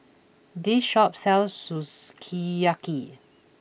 this shop sells Sukiyaki